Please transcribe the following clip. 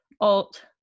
alt